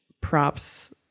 props